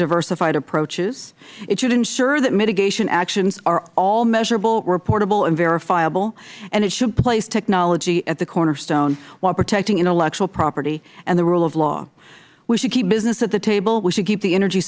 diversified approaches it should ensure that mitigation actions are all measurable reportable and verifiable and it should place technology at the cornerstone while protecting intellectual property and the rule of law we should keep business at the table we should keep the energy